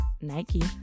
Nike